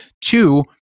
two